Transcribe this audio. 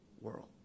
world